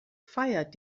feiert